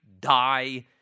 die